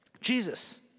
Jesus